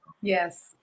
Yes